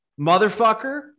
Motherfucker